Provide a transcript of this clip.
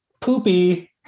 poopy